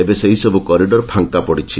ଏବେ ସେହିସବୁ କରିଡର ଏବେ ଫାଙ୍କା ପଡ଼ିଛି